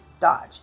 Dodge